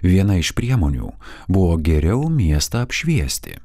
viena iš priemonių buvo geriau miestą apšviesti